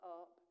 up